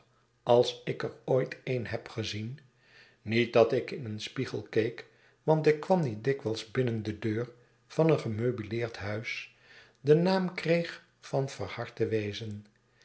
als ik er ooit een heb gezien niet dat ik in een spiegel keek want ik kwam niet dikwyls binnen de deur van een gemeubileerd huis den naam kreeg van verhard te wezen